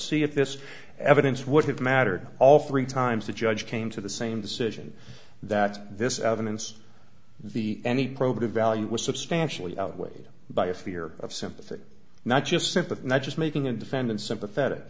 see if this evidence would have mattered all three times the judge came to the same decision that this evidence the any program value was substantially outweighed by a fear of sympathy not just sympathy not just making a defendant sympathetic